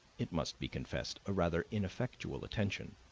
it must be confessed, a rather ineffectual attention,